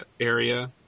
area